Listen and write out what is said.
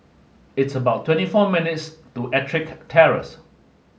it's about twenty our minutes' to Ettrick Terrace